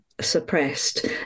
suppressed